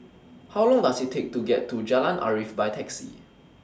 How Long Does IT Take to get to Jalan Arif By Taxi